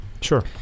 Sure